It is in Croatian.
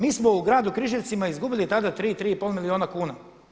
Mi smo u gradu Križevcima izgubili tada 3, 3 i pol milijuna kuna.